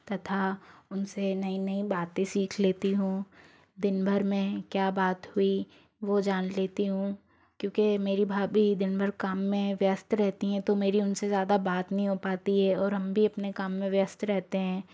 तथा उनसे नई नई बातें सीख लेती हूँ दिन भर मैं क्या बात हुई वो जान लेती हूँ क्योंकि मेरी भाभी दिन भर काम में व्यस्त रहती हैं तो मेरी उनसे ज़्यादा बात नहीं हो पाती है और हम भी अपने काम मे व्यस्त रहते हैं